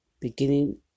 beginning